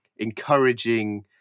Encouraging